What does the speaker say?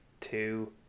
two